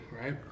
right